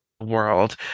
world